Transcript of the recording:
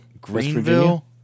Greenville